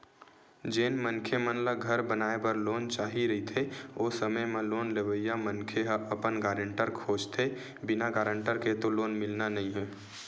जेन मनखे मन ल घर बनाए बर लोन चाही रहिथे ओ समे म लोन लेवइया मनखे ह अपन गारेंटर खोजथें बिना गारेंटर के तो लोन मिलना नइ हे